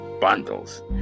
bundles